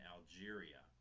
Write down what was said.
Algeria